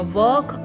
work